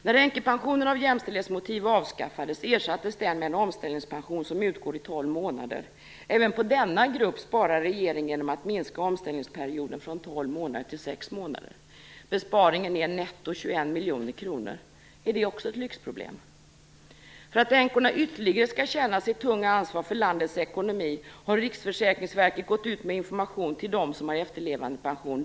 När änkepensionen av jämställdhetsmotiv avskaffades, ersattes den med en omställningspension som utgår i tolv månader. Även på denna grupp sparar regeringen genom att minska omställningsperioden från tolv månader till sex månader. Besparingen är 21 miljoner kronor netto. Är detta också ett lyxproblem? För att änkorna ytterligare skall känna sitt tunga ansvar för landets ekonomi har Riksförsäkringsverket gått ut med information till dem som har efterlevandepension.